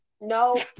No